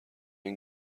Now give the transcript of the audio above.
این